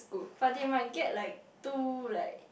but they might get like too like